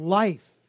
life